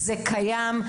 זה קיים,